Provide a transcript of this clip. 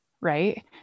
right